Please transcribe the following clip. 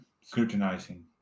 scrutinizing